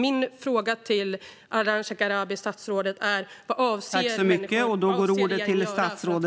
Min fråga till statsrådet Ardalan Shekarabi är: Vad avser regeringen att göra för att komma till rätta med detta?